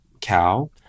cow